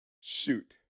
Shoot